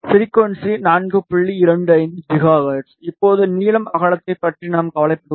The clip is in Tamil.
25 ஜிகாஹெர்ட்ஸ் தற்போது நீளம் அகலத்தைப் பற்றி நாம் கவலைப்படுவதில்லை